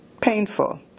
painful